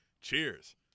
Cheers